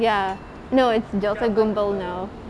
ya no it's delta கும்பல்:gumbal now